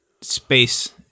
space